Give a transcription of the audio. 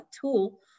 tool